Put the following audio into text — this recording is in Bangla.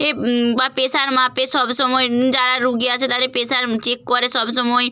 এই বা প্রেশার মাপে সব সময় যারা রোগী আছে তাদের প্রেশার চেক করে সব সময়